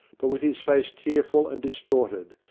but with his face tearful and distorted,